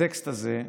הטקסט הזה,